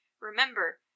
remember